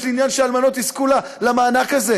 יש לי עניין שהאלמנות יזכו למענק הזה,